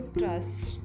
trust